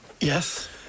yes